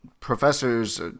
professors